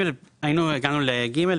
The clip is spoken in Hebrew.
הגענו לסעיף ג',